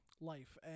life